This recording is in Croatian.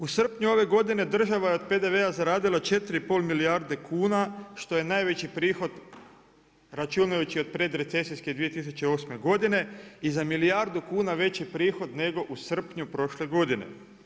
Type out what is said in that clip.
U srpnju ove godine država je od PDV-a zaradila 4,5 milijarde kuna što je najveći prihod računajući od predrecesijske 2008. godine i za milijardu kuna veći prihod nego u srpnju prošle godine.